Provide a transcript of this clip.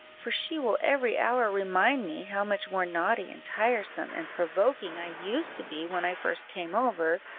for she will every hour remind me how much more naughty and tiresome and provoking i used to be when i first came over,